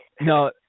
no